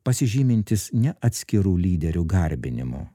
pasižymintis ne atskirų lyderių garbinimu